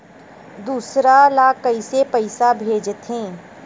दूसरा ला कइसे पईसा भेजथे?